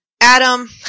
Adam